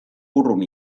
urrun